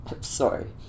sorry